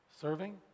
serving